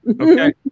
Okay